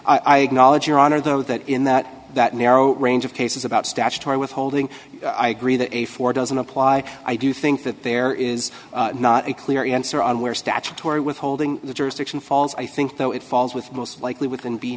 acknowledge your honor though that in that that narrow range of cases about statutory withholding i agree that a four doesn't apply i do think that there is not a clear answer on where statutory withholding the jurisdiction falls i think though it falls with most likely within be